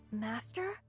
Master